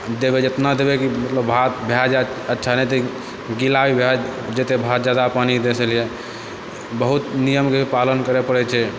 देबै एतना देबै कि मतलब भात भऽ जाइ अच्छा नहि तऽ गीला भी भऽ जेतै भात ज्यादा पानी देनेसँ बहुत नियमके पालन करऽ पड़ै छै